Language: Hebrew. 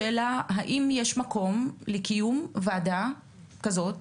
השאלה היא האם יש מקום לקיום ועדה כזאת,